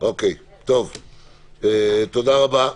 תודה רבה.